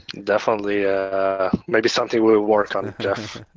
definitely maybe something we'll work on geoff.